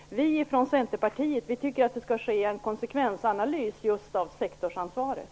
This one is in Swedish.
Vi i Centerpartiet tycker att det skall ske en konsekvensanalys av just sektorsansvaret.